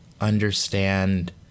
understand